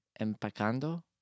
empacando